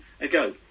ago